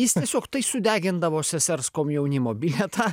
jis tiesiog tai sudegindavo sesers komjaunimo bilietą